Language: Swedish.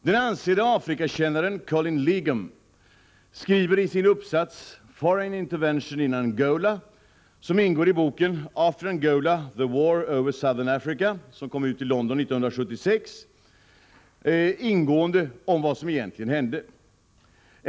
Den ansedde Afrikakännaren Colin Legum skriver i sin uppsats Foreign Intervention in Angola, ingående i boken After Angola— The War Over Southern Africa, som kom ut i London 1976, om vad som egentligen hände.